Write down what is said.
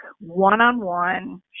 one-on-one